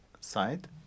side